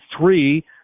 Three